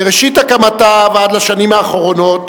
מראשית הקמתה של המדינה ועד לשנים האחרונות,